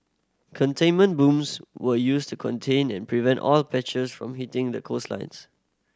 containment booms were used to contain and prevent oil patches from hitting the coastlines